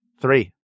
Three